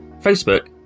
Facebook